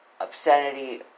obscenity